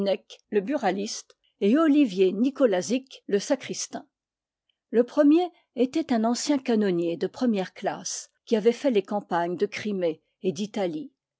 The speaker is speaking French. le buraliste et olivier nicolazic le sacristain le premier était un ancien canonnier de première classe qui avait fait les campagnes de crimée et